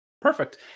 Perfect